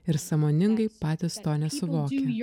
ir sąmoningai patys to nesuvokia